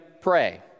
pray